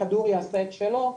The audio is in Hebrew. הכדור יעשה את שלו,